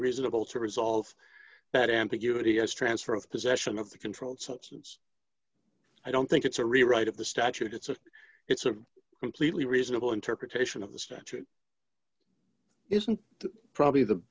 reasonable to resolve that ambiguity as transfer of possession of the controlled substance i don't think it's a rewrite of the statute it's a it's a completely reasonable interpretation of the statute isn't probably the